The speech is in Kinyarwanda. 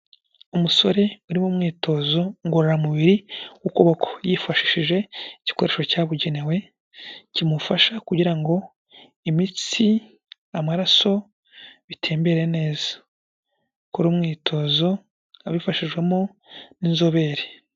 Umusore uri mu myitozo ngororamubiri w'ukuboko, yifashishije igikoresho cyabugenewe kimufasha kugira ngo imitsi, amaraso, bitemmbere neza, Ari gukora umwitozo abifashishwamo n'inzobere.